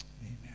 Amen